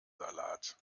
salat